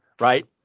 right